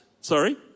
Sorry